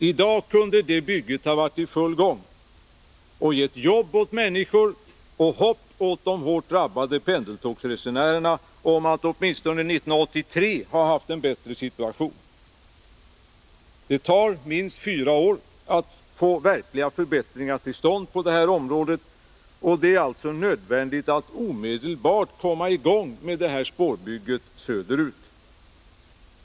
I dag kunde det bygget ha varit i full gång och gett jobb åt människor och hopp åt de hårt drabbade pendeltågsresenärerna om att åtminstone 1983 få en bättre situation. Det tar minst fyra år att få verkliga förbättringar till stånd på det här området, och det är alltså nödvändigt att omedelbart komma i gång med spårbygget söderut.